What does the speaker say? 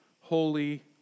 holy